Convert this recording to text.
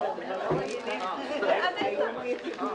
הישיבה ננעלה בשעה 13:25.